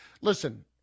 listen